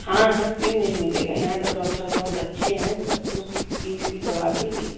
हाँ हाँ क्यों नहीं मिलेगा यहाँ के डॉक्टर बहुत अच्छे हैं सब कुछ चीज़ की दवा देंगे